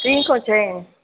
T खां छह